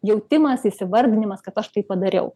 jautimas įsivardinimas kad aš tai padariau